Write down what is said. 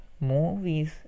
movies